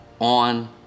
on